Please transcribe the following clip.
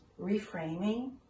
reframing